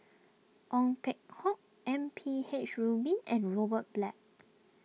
Ong Peng Hock M P H Rubin and Robert Black